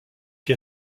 qui